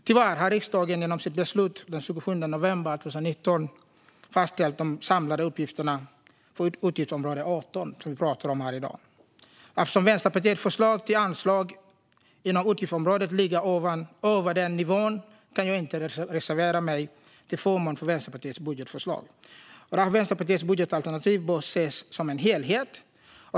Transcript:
Tyvärr har riksdagen genom sitt beslut den 27 november 2019 fastställt de samlade utgifterna för utgiftsområde 18 som vi talar om här i dag. Eftersom Vänsterpartiets förslag till anslag inom utgiftsområdet ligger över denna nivå kan jag inte reservera mig till förmån för Vänsterpartiets budgetförslag. Vänsterpartiets budgetalternativ bör ses som en helhet.